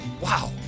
Wow